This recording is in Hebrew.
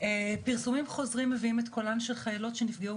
פרסומים חוזרים מביאים את קולן של חיילות שנפגעו